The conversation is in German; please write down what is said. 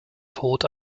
tod